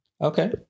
Okay